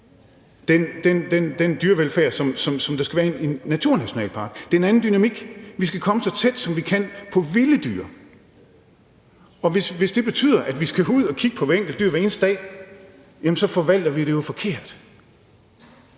den dyrevelfærd, som der skal være i en naturnationalpark. Det er en anden dynamik. Vi skal komme så tæt, som vi kan, på vilde dyr, og hvis det betyder, at vi skal gå ud og kigge på hvert enkelt dyr hver eneste dag, jamen så forvalter vi det jo forkert.